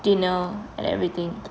dinner and everything